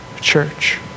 church